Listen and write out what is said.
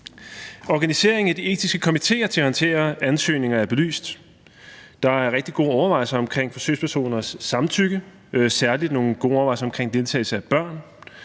Organisering af de etiske komitéer til at håndtere ansøgninger er belyst. Der er rigtig gode overvejelser omkring forsøgspersoners samtykke, særlig nogle gode overvejelser omkring deltagelse af børn,